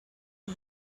you